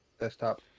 desktop